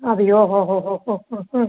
അതെയോ ഓ ഓ ഓ ഓ ഓ ഓ